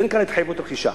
זה נקרא התחייבות רכישה,